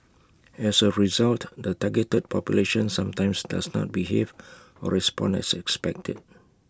as A result the targeted population sometimes does not behave or respond as expected